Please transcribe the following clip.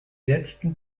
letzten